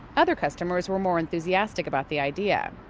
other customers were more enthusiastic about the idea.